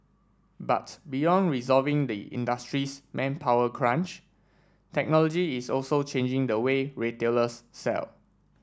but beyond resolving the industry's manpower crunch technology is also changing the way retailers sell